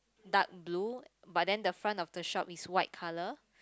dark blue but then the front of the shop is white colour